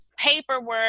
paperwork